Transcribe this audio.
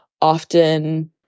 often